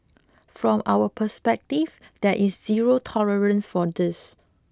from our perspective there is zero tolerance for this